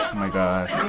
my gosh.